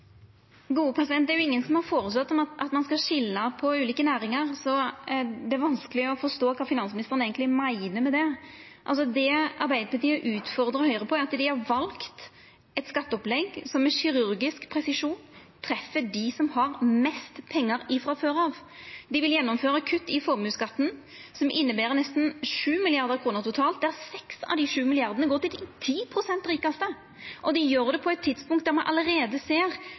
Det er ingen som har føreslått at ein skal skilja mellom ulike næringar, så det er vanskeleg å forstå kva finansministeren eigentleg meiner med det. Det Arbeidarpartiet utfordrar Høgre på, er at dei har valt eit skatteopplegg som med kirurgisk presisjon treffer dei som har mest pengar frå før. Dei vil gjennomføra kutt i formuesskatten som inneber nesten 7 mrd. kr totalt, der 6 av dei 7 milliardane går til dei 10 pst. rikaste. Og dei gjer det på eit tidspunkt der me allereie ser